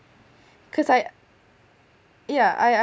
cause I yeah I I